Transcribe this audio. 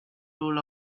rule